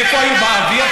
איפה הם היו, באוויר?